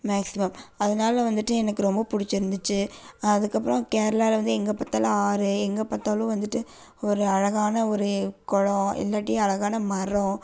maximum அதுனால் வந்துட்டு எனக்கு ரொம்ப பிடிச்சிருந்துச்சி அதுக்கப்புறம் கேரளாவில் வந்து எங்கே பார்த்தாலும் ஆறு எங்கே பார்த்தாலும் வந்துட்டு ஒரு அழகான ஒரு குளம் இல்லாட்டி அழகான மரம்